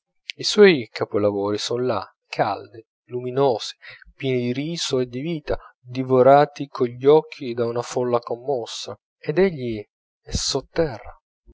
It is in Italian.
i suoi capolavori son là caldi luminosi pieni di riso e di vita divorati cogli occhi da una folla commossa ed egli è sotterra